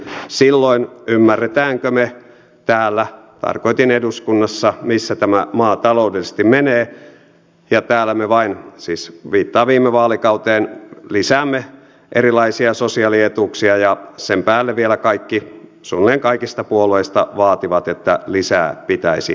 kysyin silloin ymmärrämmekö me täällä tarkoitin eduskunnassa missä tämä maa taloudellisesti menee ja täällä me vain siis viittaan viime vaalikauteen lisäämme erilaisia sosiaalietuuksia ja sen päälle vielä kaikki suunnilleen kaikista puolueista vaativat että lisää pitäisi tehdä